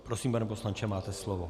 Prosím, pane poslanče, máte slovo.